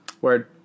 Word